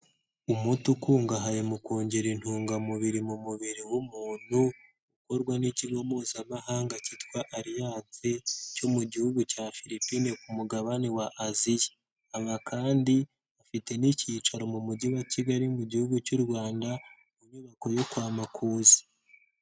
Umuti ukungahaye mu kongera intungamubiri mu mubiri w'umuntu, ukorwa n'ikigo mpuzamahanga cyitwa Alliance cyo mu gihugu cya Philipine ku mugabane wa Aziya, aba kandi bafite n'icyicaro mu mujyi wa Kigali mu gihugu cy'u Rwanda mu nyubako yo kwa Makuza.